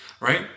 right